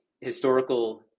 historical